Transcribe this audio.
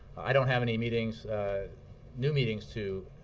i don't have any meetings new meetings to